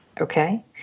Okay